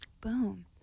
Boom